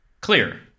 Clear